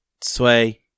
Sway